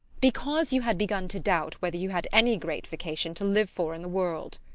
because you had begun to doubt whether you had any great vocation to live for in the world.